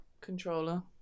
controller